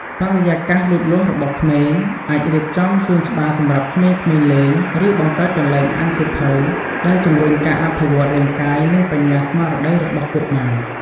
បរិយាកាសលូតលាស់របស់ក្មេង អាចរៀបចំសួនច្បារសម្រាប់ក្មេងៗលេង ឬបង្កើតកន្លែងអានសៀវភៅ ដែលជំរុញការអភិវឌ្ឍន៍រាងកាយ និងបញ្ញាស្មារតីរបស់កុមារ។